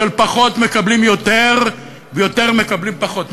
של פחות מקבלים יותר ויותר מקבלים פחות.